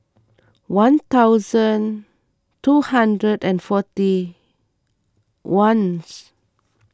one thousand two hundred and forty one